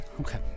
Okay